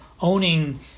owning